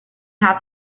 have